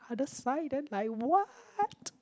other side then like what